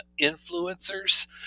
influencers